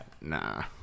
Nah